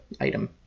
item